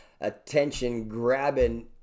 attention-grabbing